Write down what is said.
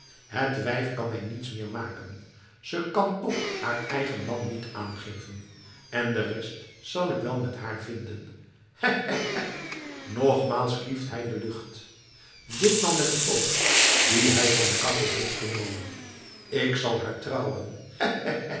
het wijf kan mij niets meer maken ze kan toch haar eigen man niet aangeven en de rest zal ik wel met haar vinden hè hè hè nogmaals klieft hij de lucht ditmaal met den pook dien hij van de kachel heeft genomen k zal haar trouwen